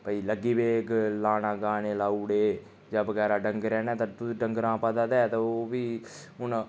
भई लग्गी पे लाना गाने लाऊ उड़े जां बगैरा डंगरे ने डंगरें पता ते ओह् बी हून